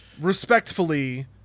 respectfully